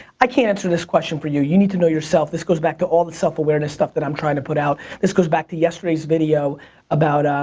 i can't answer this question for you, you need to know yourself. this goes back to all the self-awareness stuff that i'm trying to put out. this goes back to yesterday's video about,